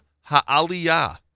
Ha'Aliyah